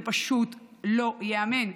זה פשוט לא ייאמן.